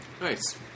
Nice